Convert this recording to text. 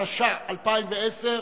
התשע"א 2010,